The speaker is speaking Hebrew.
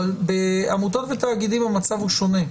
בעמותות ותאגידים המצב הוא שונה.